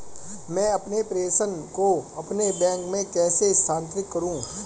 मैं अपने प्रेषण को अपने बैंक में कैसे स्थानांतरित करूँ?